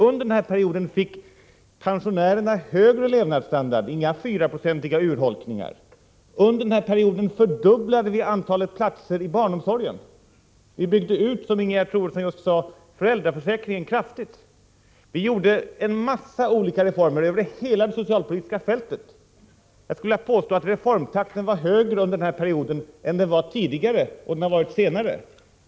Under den här perioden fick pensionärerna högre levnadsstandard, inga fyraprocentiga urholkningar. Under den här perioden fördubblade vi antalet platser i barnomsorgen. Vi byggde ut föräldraförsäkringen kraftigt, som Ingegerd Troedsson just sade. Vi gjorde en massa olika reformer, över hela det socialpolitiska fältet. Jag skulle vilja påstå att reformtakten var högre under den här perioden än den var tidigare och den har varit senare.